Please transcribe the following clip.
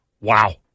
Wow